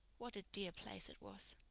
what a dear place it was!